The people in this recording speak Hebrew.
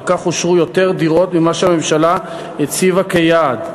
וכך אושרו יותר דירות ממה שהממשלה הציבה כיעד,